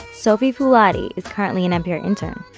sophie fouladi is currently an npr intern,